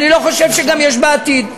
אני לא חושב שגם יש בעתיד,